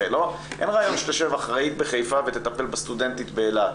הרי אין הכוונה שתשב אחראית בחיפה ותטפל בסטודנטית באילת